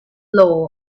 law